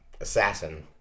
assassin